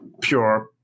pure